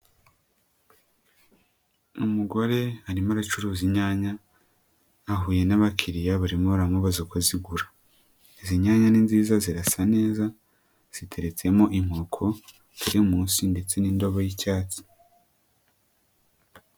Umugore arimo abacuruza inyanya ahuye n'abakiriya barimo baramubaza uko zigura, izi nyanya ni nziza zirasa neza, ziteretsemo inkoko, teremusi ndetse n'indobo y'icyatsi.